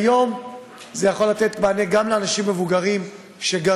כיום זה יכול לתת מענה גם לאנשים מבוגרים שגרים